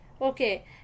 Okay